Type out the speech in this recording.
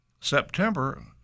September